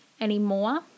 anymore